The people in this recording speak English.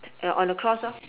uh on a cross lor